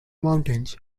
mountains